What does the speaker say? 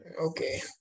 Okay